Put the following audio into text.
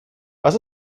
was